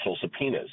subpoenas